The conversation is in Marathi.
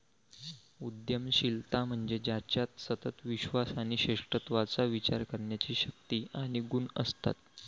उद्यमशीलता म्हणजे ज्याच्यात सतत विश्वास आणि श्रेष्ठत्वाचा विचार करण्याची शक्ती आणि गुण असतात